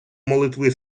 молитви